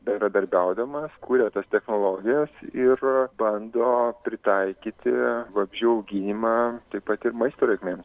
bendradarbiaudamas kūrė tas technologijas ir bando pritaikyti vabzdžių auginimą taip pat ir maisto reikmėm